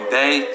day